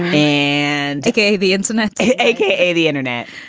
and okay, the internet, a k a. the internet.